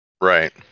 Right